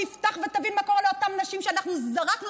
תפתח ותבין מה קורה לאותן נשים שאנחנו זרקנו